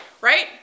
Right